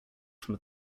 from